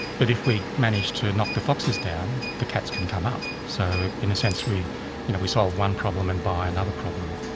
but if we managed to knock the foxes down, the cats can come up, so in a sense we you know we solve one problem and buy another problem.